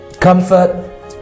Comfort